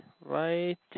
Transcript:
right